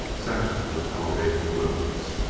sections of elevated flumes,